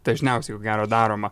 dažniausiai ko gero daroma